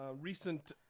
recent